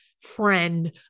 friend